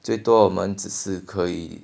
最多我们只是可以